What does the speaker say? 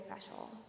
special